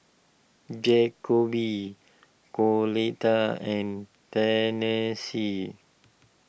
Jakobe Coletta and Tennessee